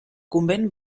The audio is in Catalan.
convent